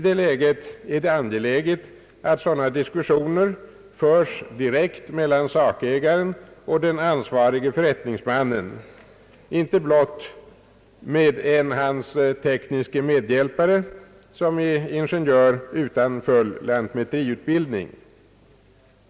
Det är då angeläget att sådana diskussioner förs direkt mellan sakägaren och den ansvarige förrättningsmannen, inte blott med en hans tekniske medhjälpare som är ingenjör utan full lantmäteriutbildning.